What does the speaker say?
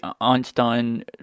Einstein